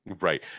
Right